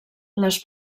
les